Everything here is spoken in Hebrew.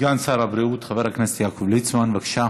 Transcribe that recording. סגן שר הבריאות חבר הכנסת יעקב ליצמן, בבקשה.